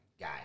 Guy